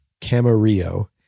Camarillo